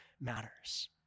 matters